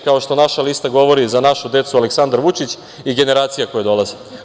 Kao što naša lista govori, Za našu decu – Aleksandar Vučić i generacije koje dolaze.